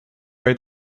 rate